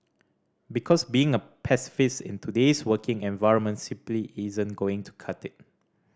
because being a pacifist in today's working environment simply isn't going to cut it